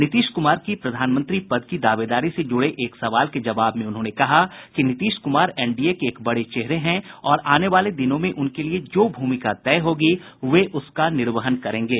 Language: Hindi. नीतीश कुमार की प्रधानमंत्री पद की दावेदारी से जुड़े एक सवाल के जवाब में उन्होंने कहा कि नीतीश कुमार एनडीए के एक बड़े चेहरे हैं और आने वाले दिनों में उनके लिए जो भूमिका तय होगी वे उसका निर्वहन करेंगे